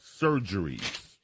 surgeries